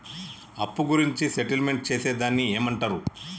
అప్పు గురించి సెటిల్మెంట్ చేసేదాన్ని ఏమంటరు?